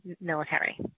military